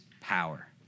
power